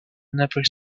never